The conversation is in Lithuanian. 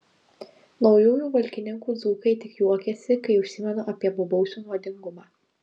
naujųjų valkininkų dzūkai tik juokiasi kai užsimenu apie bobausių nuodingumą